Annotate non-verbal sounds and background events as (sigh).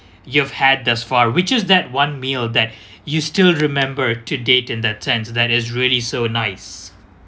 you've had this far which is that one meal that (breath) you still remember to date in that sense that is really so nice